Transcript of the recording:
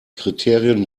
kriterien